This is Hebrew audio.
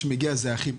מי שמגיע לפה זה האחים.